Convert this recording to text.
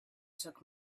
took